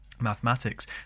mathematics